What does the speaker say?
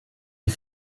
die